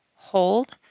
Hold